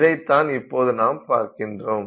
இதைதான் இப்போது நாம் பார்க்கின்றோம்